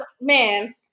man